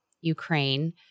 Ukraine